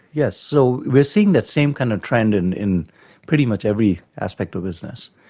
yes, so we're seeing that same kind of trend in in pretty much every aspect of business,